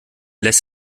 lässt